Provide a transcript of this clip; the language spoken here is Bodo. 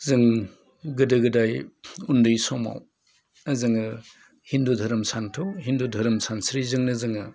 जों गोदो गोदाइ उन्दै समाव जोङो हिन्दु धोरोम सान्थौ हिन्दु धोरोम सानस्रिजोंनो जोङो